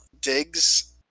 digs